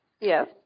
Yes